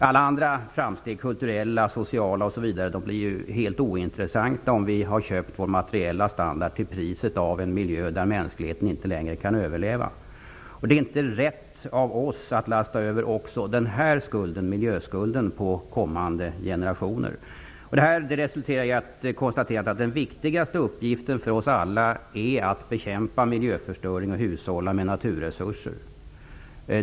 Alla andra framsteg -- kulturella, sociala osv. -- blir helt ointressanta om vi har köpt vår materiella standrad till priset av en miljö där mänskligheten inte längre kan överleva. Det är inte rätt av oss att lasta över också miljöskulden på kommande generationer. Detta resulterar i konstaterandet att den viktigaste uppgiften för oss alla är att bekämpa miljöförstöring och hushålla med naturresurser.